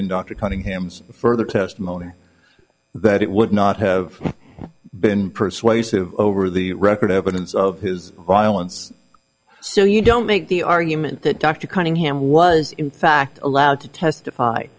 dr cunningham's further testimony that it would not have been persuasive over the record evidence of his violence so you don't make the argument that dr cunningham was in fact allowed to testify